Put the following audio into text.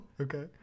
okay